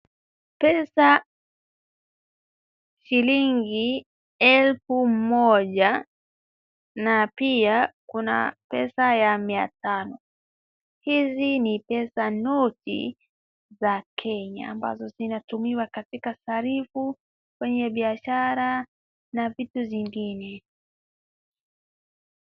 Pesa shilingi elfu moja na pia kuna pesa ya mia tano. Hizi ni pesa noti za Kenya ambazo zinatumiwa katika sarifu, kwenye biashara na vitu zingine.